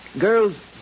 girls